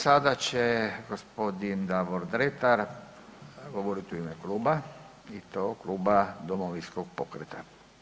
Sada će gospodin Davor Dretar govoriti u ime kluba i to u ime Kluba Domovinskog pokreta.